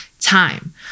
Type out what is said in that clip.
time